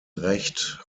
recht